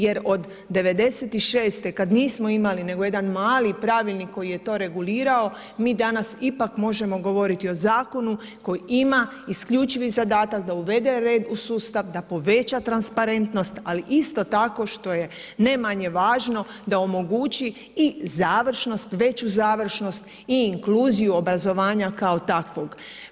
Jer od '96. kada nismo imali nego jedan mali pravilnik koji je to regulirao, mi danas, ipak možemo govoriti o zakonu, koji ima isključivi zadatak, da uvede red u sustav, da poveća transparentnost, ali isto tako, što je nemanje važno, da omogući i završnost, veću završnost i inkluziju obrazovanja kao takvog.